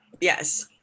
yes